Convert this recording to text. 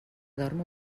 dormo